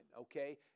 okay